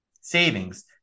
savings